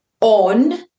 on